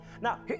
Now